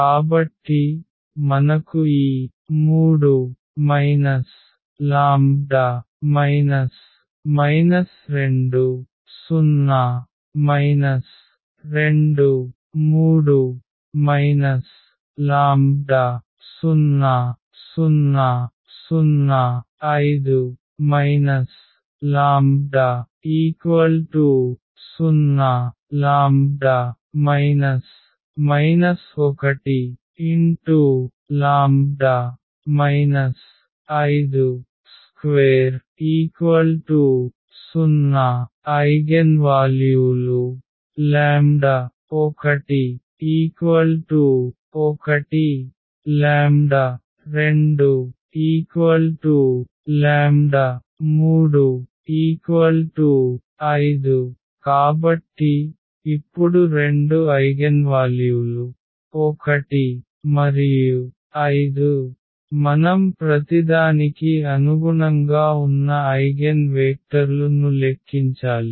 కాబట్టి మనకు ఈ 3 λ 2 0 2 3 λ 0 0 0 5 λ 0 λ 1λ 520 ఐగెన్వాల్యూలు 1 123 5 కాబట్టి ఇప్పుడు రెండు ఐగెన్వాల్యూలు 1 మరియు 5 మనం ప్రతిదానికి అనుగుణంగా ఉన్న ఐగెన్వేక్టర్లు ను లెక్కించాలి